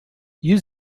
use